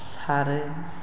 सारो